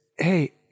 Hey